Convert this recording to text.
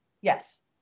Yes